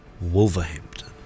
Wolverhampton